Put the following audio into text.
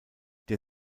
der